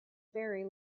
very